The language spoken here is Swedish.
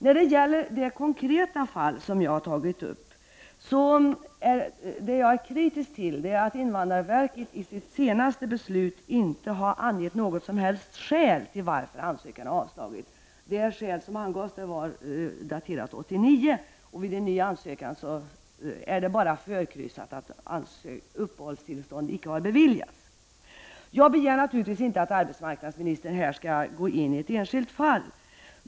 Vad jag är kritisk mot i fråga om det konkreta fall jag har tagit upp, är att invandrarverket i sitt senaste beslut inte har angett något som helst skäl till varför ansökan har avslagits. Det skäl som angavs var daterat 1989, och på den nya ansökan är det bara förkryssat att uppehållstillstånd icke har beviljats. Jag begär naturligtvis inte att arbetsmarknadsministern här skall gå in i ett enskilt fall.